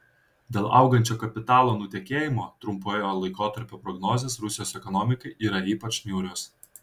dėl augančio kapitalo nutekėjimo trumpojo laikotarpio prognozės rusijos ekonomikai yra ypač niūrios